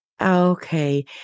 Okay